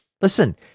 Listen